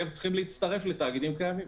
הם צריכים להצטרף לתאגידים קיימים.